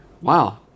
Wow